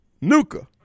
Nuka